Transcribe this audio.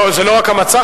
זה לא רק המצע,